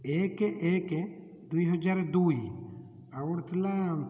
ଏକ ଏକ ଦୁଇ ହଜାର ଦୁଇ ଆଉ ଗୋଟେ ଥିଲା